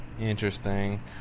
Interesting